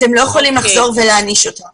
אתם לא יכולים לחזור ולהעניש אותנו